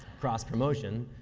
cross-promotion,